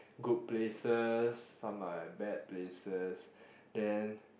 good places some are at bad places then